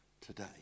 today